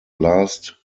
last